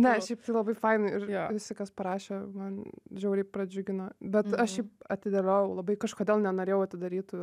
ne šiaip labai faina ir jo visi kas parašė man žiauriai pradžiugino bet aš atidėliojau labai kažkodėl nenorėjau atidaryt